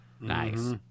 Nice